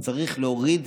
צריך להוריד